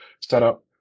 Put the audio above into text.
setup